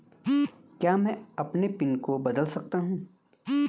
क्या मैं अपने पिन को बदल सकता हूँ?